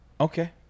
Okay